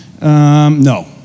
No